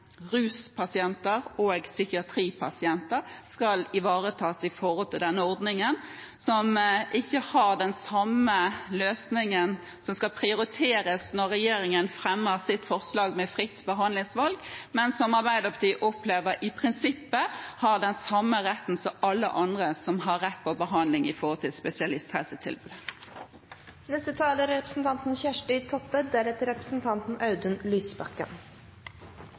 ruspasienter og psykiatripasienter skal ivaretas innenfor denne ordningen, som ikke har den samme løsningen for prioritering når regjeringen fremmer sitt forslag til fritt behandlingsvalg, men som Arbeiderpartiet opplever i prinsippet har den samme retten som alle andre som har rett på behandling innenfor spesialisthelsetilbudet. Eg har ein kommentar til antibiotikaresistens – og til stemmegjevinga. Statsråden sa i